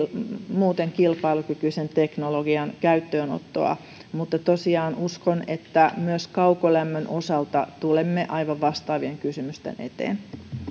muuten kilpailukykyisen teknologian käyttöönottoa ja tosiaan uskon että myös kaukolämmön osalta tulemme aivan vastaavien kysymysten eteen